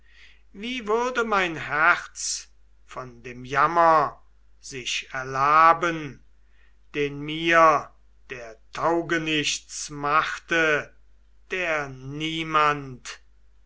wie würde mein herz von dem jammer sich erlaben den mir der taugenicht machte der niemand